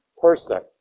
person